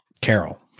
Carol